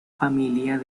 familia